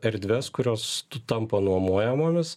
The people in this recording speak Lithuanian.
erdves kurios tampa nuomojamomis